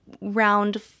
round